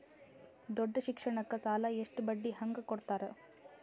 ದೊಡ್ಡ ಶಿಕ್ಷಣಕ್ಕ ಸಾಲ ಎಷ್ಟ ಬಡ್ಡಿ ಹಂಗ ಕೊಡ್ತಾರ?